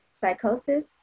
psychosis